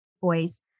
boys